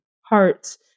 hearts